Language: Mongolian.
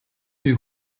бие